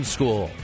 School